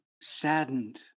saddened